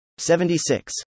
76